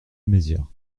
mézières